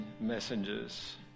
messengers